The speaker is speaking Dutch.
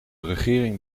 regering